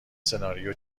سناریو